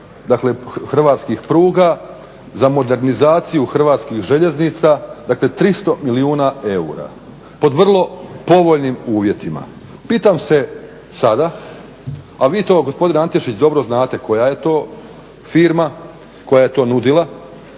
dakle hrvatskih pruga, za modernizaciju hrvatskih željeznica. Dakle, 300 milijuna eura pod vrlo povoljnim uvjetima. Pitam se sada, a vi to gospodine Antešić dobro znate koja je to firma koja je to nudila.